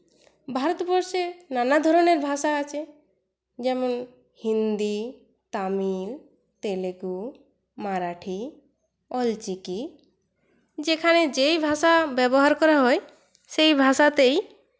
ভারতবর্ষে নানা ধরনের ভাষা আছে যেমন হিন্দি তামিল তেলেগু মারাঠি অলচিকি যেখানে যেই ভাষা ব্যবহার করা হয় সেই ভাষাতেই